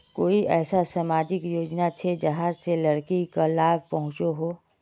कोई ऐसा सामाजिक योजना छे जाहां से लड़किक लाभ पहुँचो हो?